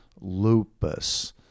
lupus